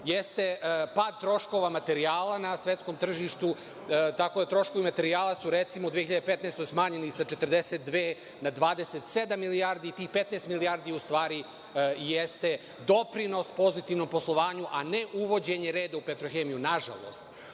jeste pad troškova materijala na svetskom tržištu, tako da troškove materijala su recimo u 2015. godini smanjeni sa 42 na 27 milijardi, tih 15 milijardi u stvari jeste doprinos pozitivnom poslovanju, a ne uvođenje reda u „Petrohemiju“, nažalost.